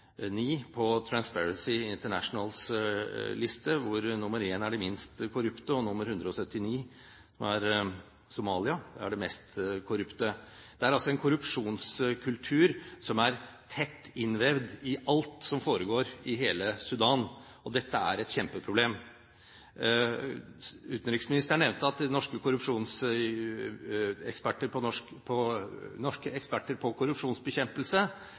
på Transparency Internationals liste, hvor nr. 1 er det minst korrupte, og nr. 179, som er Somalia, er det mest korrupte. Det er altså en korrupsjonskultur som er tett innvevd i alt som foregår i hele Sudan. Dette er et kjempeproblem. Utenriksministeren nevnte at norske eksperter på